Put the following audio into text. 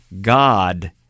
God